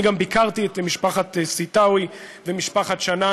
אני ביקרתי את משפחת סתאוי ומשפחת שנאן